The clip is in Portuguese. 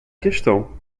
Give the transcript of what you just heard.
questão